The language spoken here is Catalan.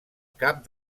cap